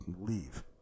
leave